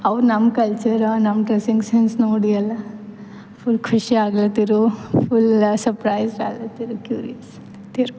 ಅವ್ರು ನಮ್ಮ ಕಲ್ಚರ ನಮ್ಮ ಡ್ರೆಸ್ಸಿಂಗ್ ಸೆನ್ಸ್ ನೋಡಿ ಎಲ್ಲ ಫುಲ್ ಖುಷಿಯಾಗ್ಲತ್ತಿರು ಫುಲ್ಲ ಸರ್ಪ್ರೈಸ್ ಆಗ್ಲತ್ತಿರು